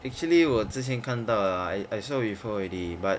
actually 我之前看到 liao I I saw before already but